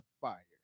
fire